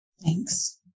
Thanks